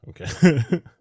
Okay